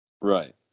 Right